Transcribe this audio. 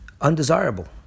undesirable